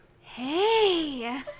Hey